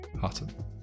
Hutton